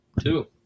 Two